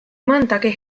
mõndagi